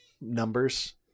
numbers